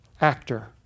actor